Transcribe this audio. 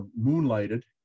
moonlighted